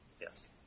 Yes